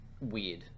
weird